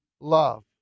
love